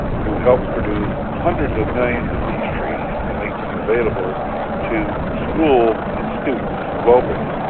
to help produce hundreds of millions of these trees and make them available to schools and students globally,